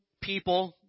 people